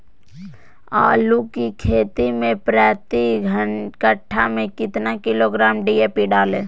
आलू की खेती मे प्रति कट्ठा में कितना किलोग्राम डी.ए.पी डाले?